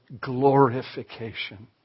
glorification